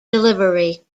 delivery